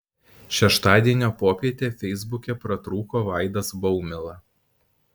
šeštadienio popietę feisbuke pratrūko vaidas baumila